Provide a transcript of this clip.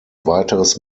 weiteres